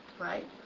right